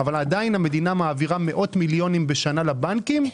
אבל עדיין המדינה מעבירה מאות מיליוני שקלים בשנה לבנקים,